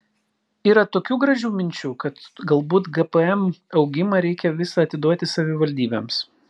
yra tokių gražių minčių kad galbūt gpm augimą reikia visą atiduoti savivaldybėms